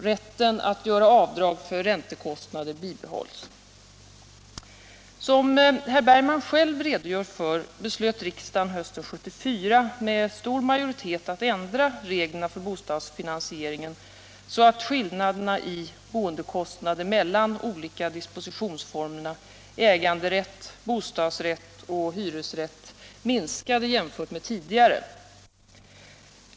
Rätten att göra avdrag för räntekostnader bibehålls.” Som herr Bergman själv redogör för beslöt riksdagen hösten 1974 med stor majoritet att ändra reglerna för bostadsfinansieringen så att skillnaden i boendekostnader mellan de olika dispositionsformerna äganderätt, bostadsrätt och hyresrätt minskade jämfört med tidigare.